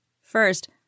First